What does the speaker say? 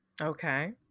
Okay